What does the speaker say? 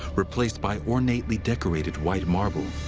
replaced by ornately decorated white marble.